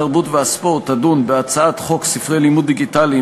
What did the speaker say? התרבות והספורט תדון בהצעת חוק ספרי לימוד דיגיטליים,